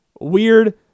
weird